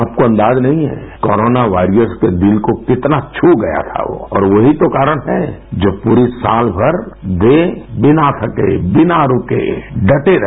आपको अंदाजा नहीं है कोरोना वारियर्स के दिल को कितना छू गया था वो और वो ही तो कारण है जो पूरी साल भर वे बिना थके बिना रुके डटे रहे